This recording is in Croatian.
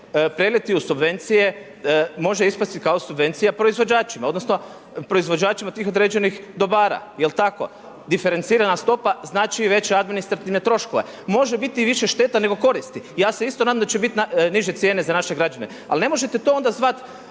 preliti u subvencije, može ispasti kao subvencija proizvođačima odnosno proizvođačima tih određenih dobara, jel tako? Diferencirana stopa znači i veće administrativne troškove. Može biti i više štete nego koristi. Ja se isto nadam da će biti niže cijene za naše građane, ali ne možete to onda zvati